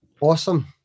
Awesome